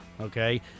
okay